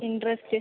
interest